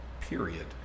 period